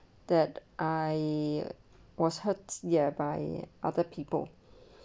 that I was hurts ya nearby other people